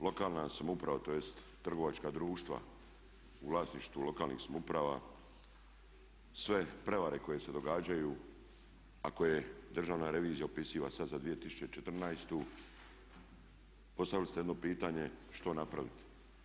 Lokalna samouprava, tj. trgovačka društva u vlasništvu lokalnih samouprava, sve prijevare koje se događaju a koje državna revizija opisiva sada za 2014., postavili ste jedno pitanje što napraviti.